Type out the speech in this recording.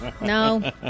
No